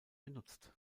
genutzt